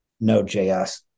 Node.js